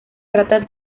trata